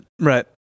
Right